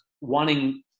wanting